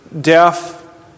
deaf